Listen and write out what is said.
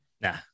Nah